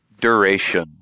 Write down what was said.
duration